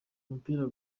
umupira